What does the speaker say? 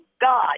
God